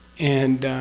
and.